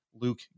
Luke